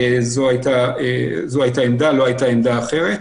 זו הייתה העמדה, לא הייתה עמדה אחרת.